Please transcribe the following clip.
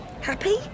happy